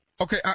Okay